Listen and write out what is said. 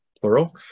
plural